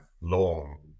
long